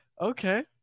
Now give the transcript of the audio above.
Okay